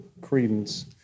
credence